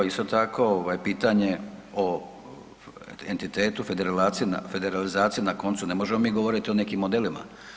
Isto tako pitanje o entitetu, federalizaciji na koncu ne možemo mi govoriti o nekim modelima.